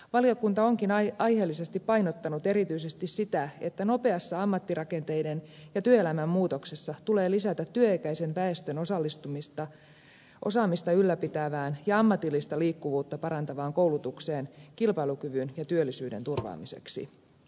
valiokunta onkin aiheellisesti painottanut erityisesti sitä että nopeassa ammattirakenteiden ja työelämän muutoksessa tulee lisätä työikäisen väestön osallistumista osaamista ylläpitävään ja ammatillista liikkuvuutta parantavaan koulutukseen kilpailukyvyn ja työllisyyden turvaamiseksi